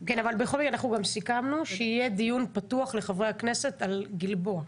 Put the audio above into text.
בכל מקרה גם סיכמנו שיהיה דיון פתוח לחברי הכנסת על גלבוע.